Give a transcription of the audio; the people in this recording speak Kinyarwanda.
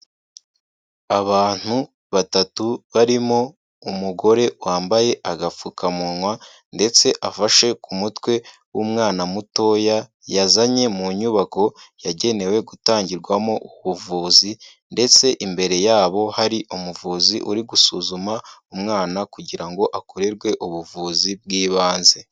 Abantu batatu barimo umugore wambaye agapfukamunwa ndetse afashe ku mutwe w'umwana mutoya yazanye mu nyubako yagenewe gutangirwamo ubuvuzi ndetse imbere yabo hari umuvuzi uri gusuzuma umwana kugira ngo akorerwe ubuvuzi bw'ibanze.